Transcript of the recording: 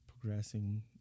progressing